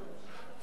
הרג האנשים,